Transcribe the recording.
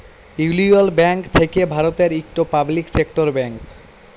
ইউলিয়ল ব্যাংক থ্যাকে ভারতের ইকট পাবলিক সেক্টর ব্যাংক